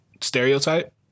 stereotype